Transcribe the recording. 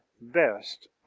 best